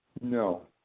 no